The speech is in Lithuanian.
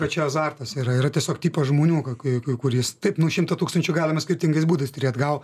kad čia azartas yra yra tiesiog tipas žmonių kai kai kur jis taip nu šimtą tūkstančių galima skirtingais būdais turėti gal